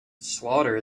slaughter